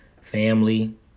family